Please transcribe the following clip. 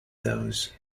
those